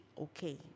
okay